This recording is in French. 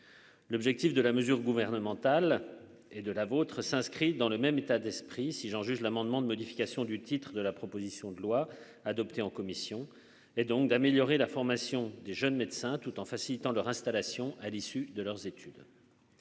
l'objectif de la mesure gouvernementale et de la vôtre s'inscrit dans le même état d'esprit si j'en juge l'amendement, de modification du titre de la proposition de loi adoptée en commission et donc d'améliorer la formation des jeunes médecins tout en facilitant leur installation à l'issue de leurs études.